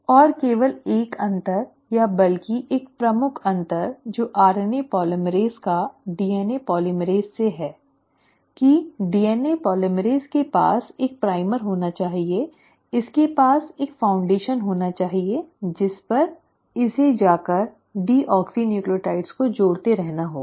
और केवल एक अंतर या बल्कि एक प्रमुख अंतर जो आरएनए पोलीमरेज़ का डीएनए पोलीमरेज़ से है कि डीएनए पोलीमरेज़ के पास एक प्राइम र होना चाहिए इसके पास एक फाउंडेशन होनी चाहिए जिस पर इसे जा कर डीओक्सीन्यूक्लियोटाइड्स को जोड़ते रहना होगा